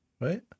Right